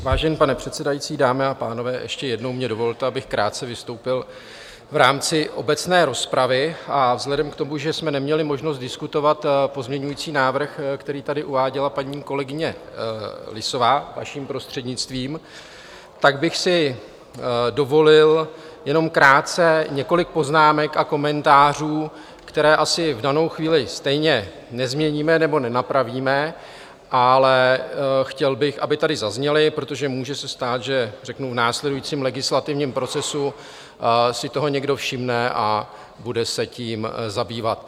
Vážený pane předsedající, dámy a pánové, ještě jednou mi dovolte, abych krátce vystoupil v rámci obecné rozpravy, a vzhledem k tomu, že jsme neměli možnost diskutovat pozměňovací návrh, který tady uváděla paní kolegyně Lisová, vaším prostřednictvím, tak bych si dovolil jen krátce několik poznámek a komentářů, které asi v danou chvíli stejně nezměníme nebo nenapravíme, ale chtěl bych, aby tady zazněly, protože se může stát, že v následujícím legislativním procesu si toho někdo všimne a bude se tím zabývat.